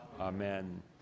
amen